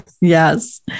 Yes